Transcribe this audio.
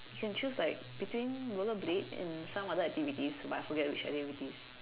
can choose like between rollerblade and some other activity but I forget which activity